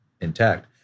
intact